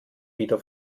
wieder